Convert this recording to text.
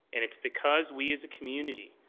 and it's because we, as a community,